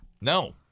No